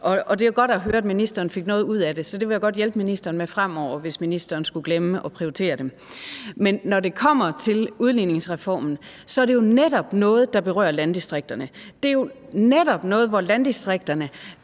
Det er jo godt at høre, at ministeren fik noget ud af det, og det vil jeg godt hjælpe ministeren med fremover, hvis ministeren skulle glemme at prioritere dem. Men når det kommer til udligningsreformen, er det jo netop noget, der berører landdistrikterne. Det er jo netop noget, hvor landdistrikterne